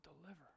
deliver